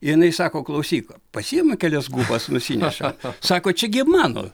jinai sako klausyk pasiimam kelias gubas nusineša sako čia gi mano